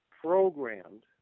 programmed